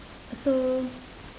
so